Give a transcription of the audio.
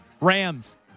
Rams